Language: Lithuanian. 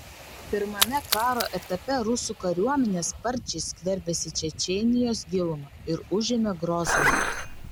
pirmame karo etape rusų kariuomenė sparčiai skverbėsi į čečėnijos gilumą ir užėmė grozną